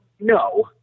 No